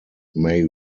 may